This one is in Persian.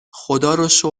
خداروشکر